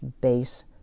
base